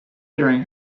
during